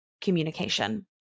communication